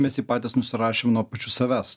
mes jį patys nusirašėm nuo pačių savęs